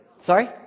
Sorry